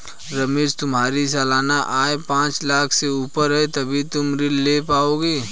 रमेश तुम्हारी सालाना आय पांच लाख़ से ऊपर है तभी तुम ऋण ले पाओगे